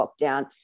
lockdown